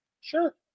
Sure